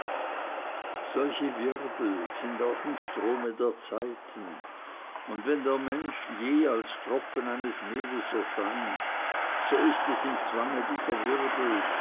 solche wirbel sind auch im strome der zeiten und wenn der mensch je als tropfen eines meers erscheint so ist es im zwange dieser wirbel